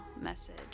message